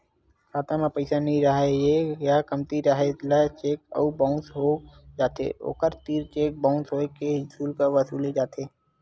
खाता म पइसा नइ रेहे या कमती रेहे ले चेक ह बाउंस हो जाथे, ओखर तीर चेक बाउंस होए के सुल्क वसूले जाथे